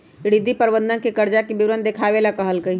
रिद्धि प्रबंधक के कर्जा के विवरण देखावे ला कहलकई